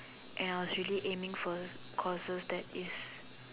and I was really aiming for courses that is